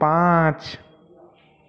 पाँच